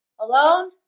alone